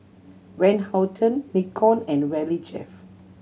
Van Houten Nikon and Valley Chef